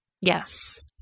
Yes